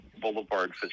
Boulevard